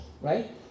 right